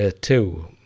two